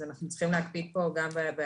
אז אנחנו צריכים להקפיד גם בהמשך,